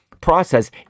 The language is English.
process